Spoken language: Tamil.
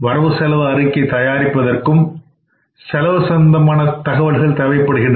வரவு அறிக்கை தயாரிப்பதற்கும் செலவு சம்பந்தமான தகவல்கள் தேவைப்படுகின்றன